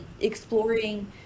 exploring